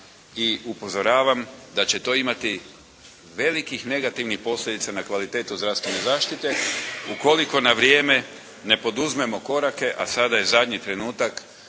i upozoravam da će to imati velikih negativnih posljedica na kvalitetu zdravstvene zaštite ukoliko na vrijeme ne poduzmemo korake, a sada je zadnji trenutak